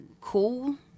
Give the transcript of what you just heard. cool